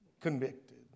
convicted